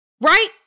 right